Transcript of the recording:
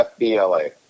FBLA